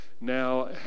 Now